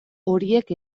horiek